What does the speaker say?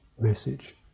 message